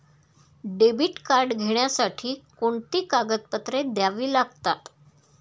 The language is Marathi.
डेबिट कार्ड घेण्यासाठी कोणती कागदपत्रे द्यावी लागतात?